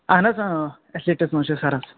اہَن حظ اۭں ایسیٹَس منٛز چھِ سَر حظ